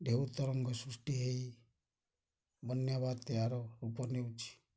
ଢେଉ ତରଙ୍ଗ ସୃଷ୍ଟି ହେଇ ବନ୍ୟା ବାତ୍ୟା ର ରୂପ ନେଉଛି